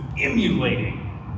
emulating